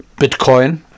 bitcoin